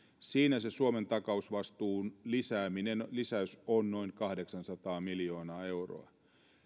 siinä se suomen takausvastuun lisäys on noin kahdeksanasatana miljoona euroa